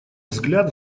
взгляд